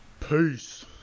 Peace